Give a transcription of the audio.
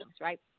right